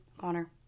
Connor